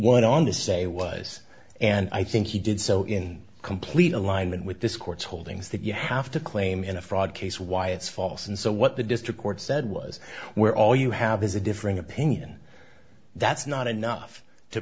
went on to say was and i think he did so in complete alignment with this court's holdings that you have to claim in a fraud case why it's false and so what the district court said was where all you have is a differing opinion that's not enough to